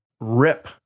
rip